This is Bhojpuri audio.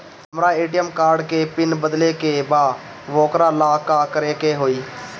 हमरा ए.टी.एम कार्ड के पिन बदले के बा वोकरा ला का करे के होई?